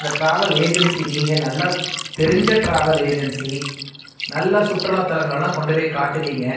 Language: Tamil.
அந்த டிராவல் ஏஜென்சி நீங்கள் நல்ல தெரிஞ்ச டிராவல் ஏஜென்சி நல்லா சுற்றுலாதளங்களைலாம் கொண்டு போய் காட்டுவீங்க